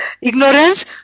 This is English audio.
ignorance